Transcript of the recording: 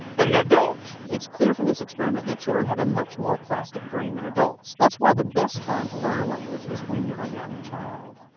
than an adult. it's clear from this experiment that children have a much more plastic brain than adults. that's why the best time to learn a language is when you're a young child.